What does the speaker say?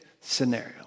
scenario